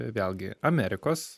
vėlgi amerikos